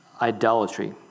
idolatry